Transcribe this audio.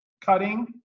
cutting